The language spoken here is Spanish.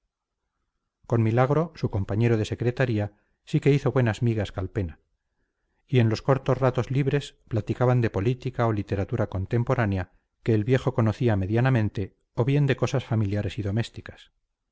con milagro su compañero de secretaría sí que hizo buenas migas calpena y en los cortos ratos libres platicaban de política o literatura contemporánea que el viejo conocía medianamente o bien de cosas familiares y domésticas